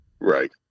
Right